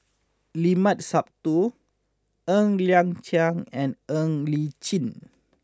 Limat Sabtu Ng Liang Chiang and Ng Li Chin